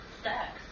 sex